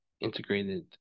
integrated